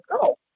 go